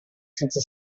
senza